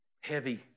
heavy